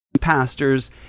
pastors